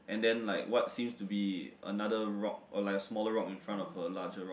and then like what seems to be another rock or like smaller rock in front of a larger rock